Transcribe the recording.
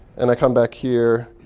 and i come back here,